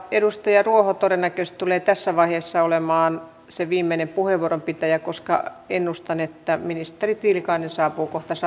edustaja ruoho todennäköisesti tulee tässä vaiheessa olemaan se viimeinen puheenvuoron pitäjä koska ennustan että ministeri tiilikainen saapuu kohta saliin ja heti käynnistetään sitten